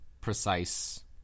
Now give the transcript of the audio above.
precise